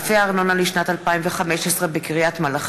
משותפים בצו הארנונה ברשויות מקומיות,